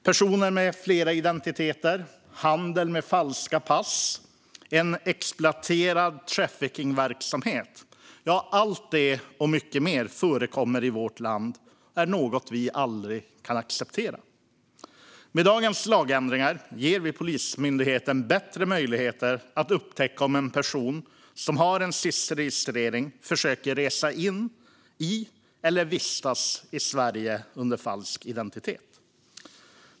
Personer med flera identiteter, handel med falska pass och en exploaterad traffickingverksamhet - allt det och mycket mer förekommer i vårt land, men det kan vi aldrig acceptera. Med dagens lagändringar ger vi Polismyndigheten bättre möjligheter att upptäcka om en person som har en SIS-registrering försöker resa in i eller vistas i Sverige under falsk identitet.